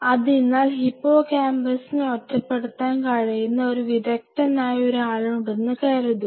അതിനാൽ ഹിപ്പോകാമ്പസിനെ ഒറ്റപ്പെടുത്താൻ കഴിയുന്ന ഒരു വിദഗ്ദ്ധനായ ഒരാളുണ്ടെന്നു കരുതുക